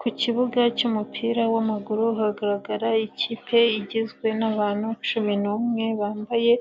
Ku kibuga cy'umupira w'amaguru hagaragara ikipe igizwe n'abantu cumi n'umwe, bambaye